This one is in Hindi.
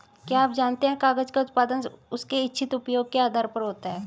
क्या आप जानते है कागज़ का उत्पादन उसके इच्छित उपयोग के आधार पर होता है?